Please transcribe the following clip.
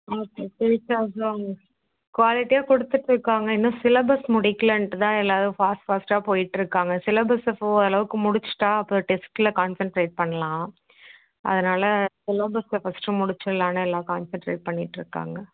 okay குவாலிட்டியாக கொடுத்துட்டுருக்காங்க இன்னும் சிலபஸ் முடிக்கிலன்ட்டுதான் எல்லாரும் ஃபாஸ்ட் ஃபாஸ்ட்டாக போயிட்டுருக்காங்க சிலபஸ்ஸ ஓரளவுக்கு முடிச்சிட்டா அப்புறம் டெஸ்ட்டில கான்சண்ட்ரேட் பண்ணலான் அதனால் சிலபஸ்ஸ ஃபஸ்ட்டு முடிச்சிடலான்னு எல்லாம் கான்சண்ட்ரேட் பண்ணிகிட்டுருக்காங்க